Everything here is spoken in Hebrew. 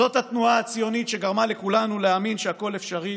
זאת התנועה הציונית שגרמה לכולנו להאמין שהכול אפשרי,